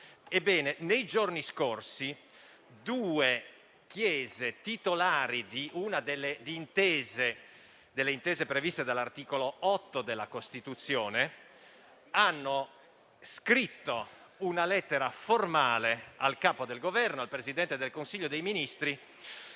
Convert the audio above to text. nei giorni scorsi due Chiese titolari di una delle intese previste dall'articolo 8 della Costituzione hanno scritto una lettera formale al Capo del Governo, il Presidente del Consiglio dei ministri,